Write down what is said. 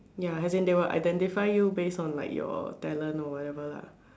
ya as in they will identify you based on like your talent or whatever lah